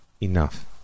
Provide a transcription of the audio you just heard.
enough